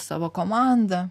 savo komandą